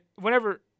whenever –